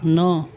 ন